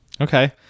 Okay